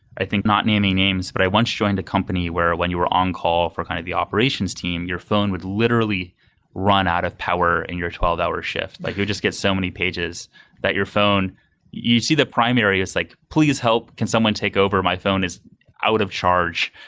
i think not naming names, but i once joined a company where when you were on-call for kind of the operations team, your phone would literally run out of power in your twelve hour shift. like you'll get so many pages that your phone you see the primary as like, please help. can someone take over? my phone is out of charge,